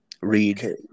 read